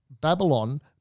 Babylon